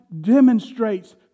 demonstrates